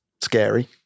scary